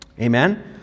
Amen